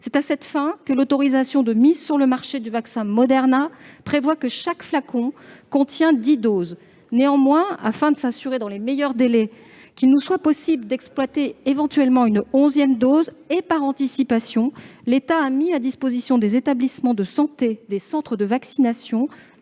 C'est à cette fin que l'autorisation de mise sur le marché du vaccin Moderna prévoit que chaque flacon contient dix doses. Néanmoins, afin de s'assurer dans les meilleurs délais qu'il nous soit possible d'exploiter éventuellement une onzième dose, l'État a mis, par anticipation, à disposition des établissements de santé et des centres de vaccination